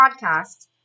podcast